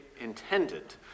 intended